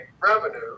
revenue